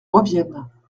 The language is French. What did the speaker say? revienne